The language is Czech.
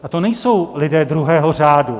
A to nejsou lidé druhého řádu.